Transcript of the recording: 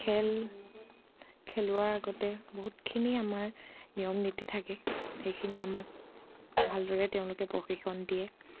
খেল খেলোৱাৰ আগতে বহুতখিনি আমাৰ নিয়ম নীতি থাকে সেইখিনি আমাক ভালদৰে তেওঁলোকে প্ৰশিক্ষণ দিয়ে